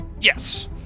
Yes